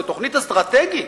זו תוכנית אסטרטגית.